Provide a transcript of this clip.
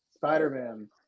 Spider-Man